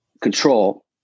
control